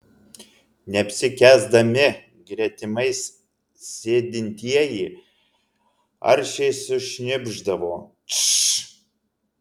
neapsikęsdami gretimais sėdintieji aršiai sušnypšdavo tš